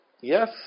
yes